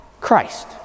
Christ